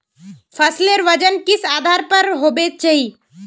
फसलेर वजन किस आधार पर होबे चही?